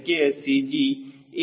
c ದೂರದ ಗುಣಾಂಕ ಆಗಿರುತ್ತದೆ